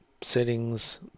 settings